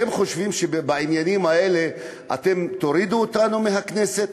אתם חושבים שבעניינים האלה אתם תורידו אותנו מהכנסת?